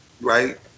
right